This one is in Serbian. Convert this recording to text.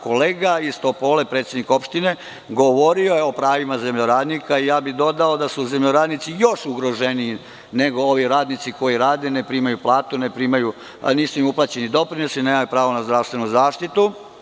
Kolega iz Topole, predsednik opštine, govorio je o pravima zemljoradnika i dodao bih da su zemljoradnici još ugroženiji nego ovi radnici koji rade i ne primaju platu, nisu im uplaćeni doprinosi, nemaju pravo na zdravstvenu zaštitu.